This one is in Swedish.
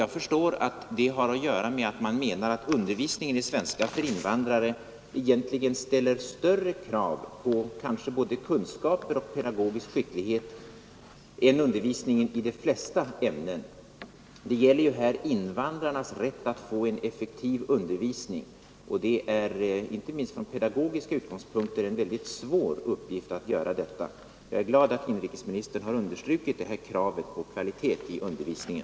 Jag förstår att det har samband med att man menar att undervisningen i svenska för invandrare egentligen ställer större krav på både kunskaper och pedagogisk skicklighet än undervisningen i de flesta andra ämnen. Det gäller ju invandrarnas rätt till en effektiv undervisning, och det är inte minst från pedagogisk utgångspunkt en mycket svår uppgift att åstadkomma en sådan. Jag är glad att inrikesministern understrukit kravet på kvalitet i undervisningen.